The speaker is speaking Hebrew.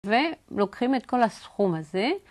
ולוקחים את כל הסכום הזה.